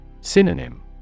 Synonym